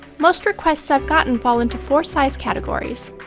most requests i've gotten fall into four size categories.